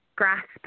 grasp